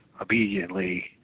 obediently